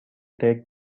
take